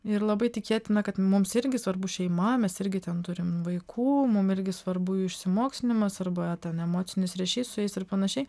ir labai tikėtina kad mums irgi svarbu šeima mes irgi ten turim vaikų mum irgi svarbu išsimokslinimas arba ten emocinis ryšys su jais ir panašiai